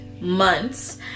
months